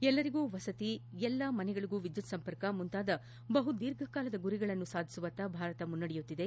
ಎಲ್ಲರಿಗೂ ವಸತಿ ಎಲ್ಲ ಮನೆಗಳಗೂ ವಿದ್ಲುತ್ ಸಂಪರ್ಕ ಮುಂತಾದ ಬಹುದೀರ್ಘಕಾಲದ ಗುರಿಗಳನ್ನು ಸಾಧಿಸುವತ್ತ ಭಾರತ ಮುನ್ನಡೆದಿದೆ